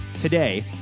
Today